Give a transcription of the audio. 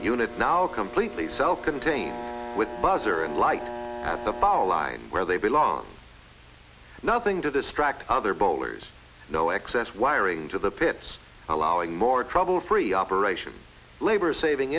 unit now completely self contained with buzzer and like the power line where they belong nothing to this track other bowlers no excess wiring to the pits allowing more trouble free operation labor saving